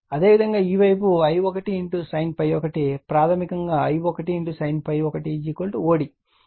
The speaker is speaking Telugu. అదేవిధంగా ఈ వైపు I1 sin ∅1 ప్రాథమికంగా I1 sin ∅1 OD అది కాదు కానీ OC CD